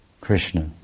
Krishna